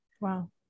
Wow